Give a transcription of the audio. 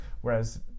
whereas